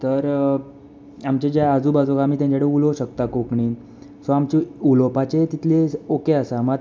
तर आमचे जे आजू बाजू आसा आमी तांचे कडेन उलोवंक शकता कोंकणी सो आमची उलोवपाची तितली ओके आसा मात